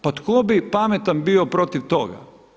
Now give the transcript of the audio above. Pa tko bi pametan bio protiv toga?